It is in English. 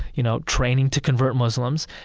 you know, training to convert muslims.